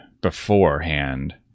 beforehand